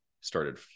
started